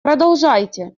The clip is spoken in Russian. продолжайте